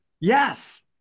Yes